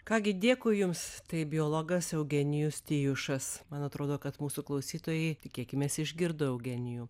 ką gi dėkui jums tai biologas eugenijus tijušas man atrodo kad mūsų klausytojai tikėkimės išgirdo eugenijų